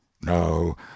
no